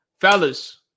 Fellas